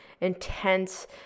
intense